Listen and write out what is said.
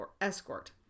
Escort